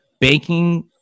Banking